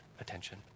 attention